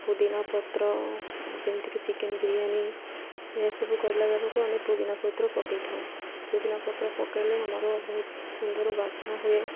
ପୁଦିନା ପତ୍ର ଯେମିତିକି ଚିକେନ ବିରିୟାନୀ ଏହାସବୁ କଲା ବେଳକୁ ଆମେ ପୁଦିନା ପତ୍ର ପକାଇଥାଉ ପୁଦିନା ପତ୍ର ପକାଇଲେ ଆମର ବହୁତ ସୁନ୍ଦର ବାସ୍ନା ହୁଏ